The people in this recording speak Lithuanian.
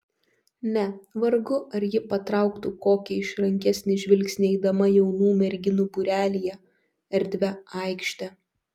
ne vargu ar ji patrauktų kokį išrankesnį žvilgsnį eidama jaunų merginų būrelyje erdvia aikšte